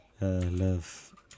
love